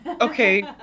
Okay